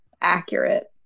accurate